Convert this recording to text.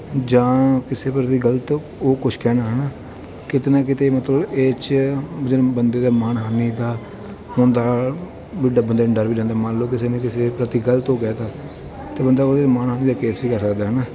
ਜਾਂ ਕਿਸੇ ਬਾਰੇ ਵੀ ਗਲਤ ਉਹ ਕੁਛ ਕਹਿਣਾ ਹੈ ਨਾ ਕਿਤੇ ਨਾ ਕਿਤੇ ਮਤਲਬ ਇਹ 'ਚ ਬੰਦੇ ਦਾ ਮਾਨਹਾਨੀ ਦਾ ਹੁੰਦਾ ਵੱਡੇ ਬੰਦੇ ਨੂੰ ਡਰ ਵੀ ਰਹਿੰਦਾ ਮੰਨ ਲਓ ਕਿਸੇ ਨੇ ਕਿਸੇ ਪ੍ਰਤੀ ਗਲਤ ਓ ਕਹਿ ਤਾ ਅਤੇ ਬੰਦਾ ਉਹਦੇ 'ਤੇ ਮਾਨਹਾਨੀ ਦਾ ਕੇਸ ਵੀ ਕਰ ਸਕਦਾ ਹੈ ਨਾ